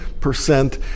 percent